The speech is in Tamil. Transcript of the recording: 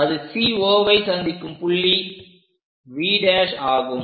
அது COவை சந்திக்கும் புள்ளி V' ஆகும்